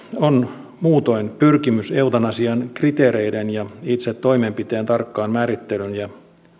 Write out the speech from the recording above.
on muutoin pyrkimys eutanasian kriteereiden ja itse toimenpiteen tarkkaan määrittelyyn ja